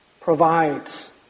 provides